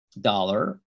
dollar